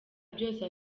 byose